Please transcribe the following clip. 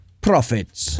Profits